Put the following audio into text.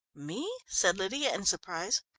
me? said lydia in surprise.